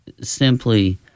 simply